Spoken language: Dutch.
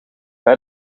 bij